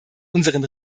unseren